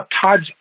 Todd's